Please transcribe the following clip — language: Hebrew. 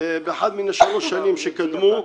באחת משלוש השנים שקדמו,